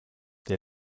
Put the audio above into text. der